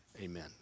amen